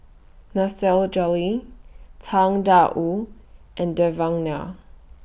Nasir Jalil Tang DA Wu and Devan Nair